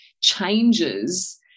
changes